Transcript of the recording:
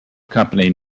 company